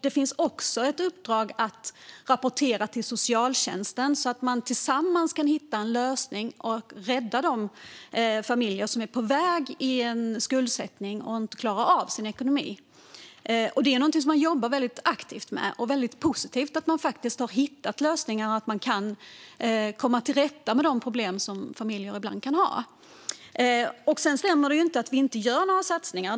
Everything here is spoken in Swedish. Det finns också ett uppdrag att rapportera till socialtjänsten så att man tillsammans kan hitta en lösning och rädda de familjer som är på väg mot en skuldsättning och inte klarar av sin ekonomi. Detta är något som man jobbar väldigt aktivt med, och det är positivt att man hittar lösningar och att man kan komma till rätta med de problem som familjer ibland kan ha. Sedan stämmer det inte att vi inte gör några satsningar.